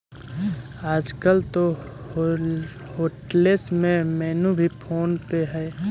आजकल तो होटेल्स में मेनू भी फोन पे हइ